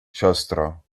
siostro